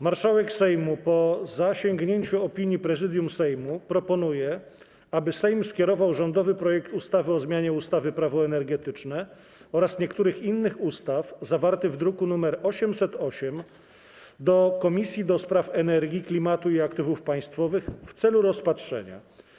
Marszałek Sejmu po zasięgnięciu opinii Prezydium Sejmu proponuje, aby Sejm skierował rządowy projekt ustawy o zmianie ustawy - Prawo energetyczne oraz niektórych innych ustaw zawarty w druku nr 808 do Komisji do Spraw Energii, Klimatu i Aktywów Państwowych w celu rozpatrzenia.